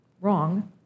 wrong